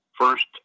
first